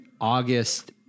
August